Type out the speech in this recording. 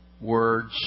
words